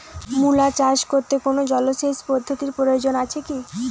মূলা চাষ করতে কোনো জলসেচ পদ্ধতির প্রয়োজন আছে কী?